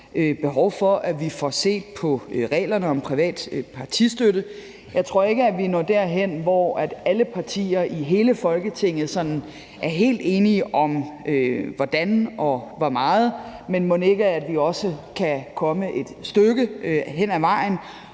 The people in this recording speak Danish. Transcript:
behov for, at vi får set på reglerne om privat partistøtte. Jeg tror ikke, at vi når derhen, hvor alle partier i hele Folketinget sådan er helt enige om hvordan og hvor meget, men mon ikke vi kan komme et stykke hen ad vejen.